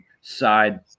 side